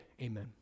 Amen